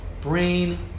Brain